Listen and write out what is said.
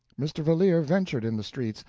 mr. valeer ventured in the streets,